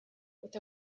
with